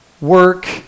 work